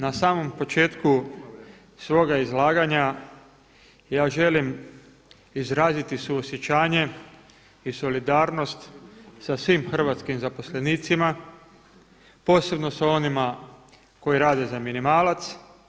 Na samom početku svoga izlaganja ja želim izraziti suosjećanje i solidarnost sa svim hrvatskim zaposlenicima, posebno sa onima koji rade za minimalac.